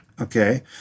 Okay